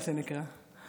מה שנקרא,